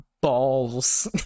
balls